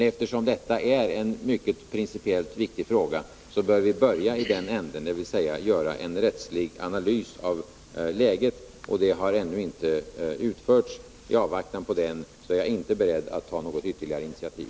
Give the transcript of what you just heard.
Eftersom detta är en principiellt mycket viktig fråga, bör vi börja i den änden, dvs. först göra en rättslig analys av läget. Någon sådan har ännu inte utförts, och i avvaktan på den är jag inte beredd att ta något ytterligare initiativ.